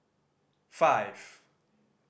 five